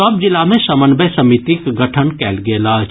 सभ जिला मे समन्वय समितिक गठन कयल गेल अछि